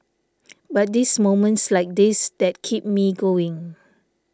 but this moments like this that keep me going